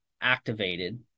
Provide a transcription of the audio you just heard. activated